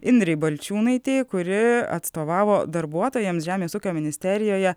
indrei balčiūnaitei kuri atstovavo darbuotojams žemės ūkio ministerijoje